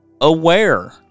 aware